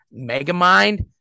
Megamind